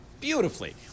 Beautifully